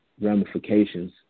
ramifications